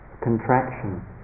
contraction